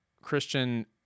Christian